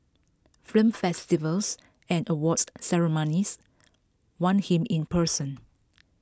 film festivals and awards ceremonies want him in person